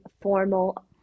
formal